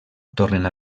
tornen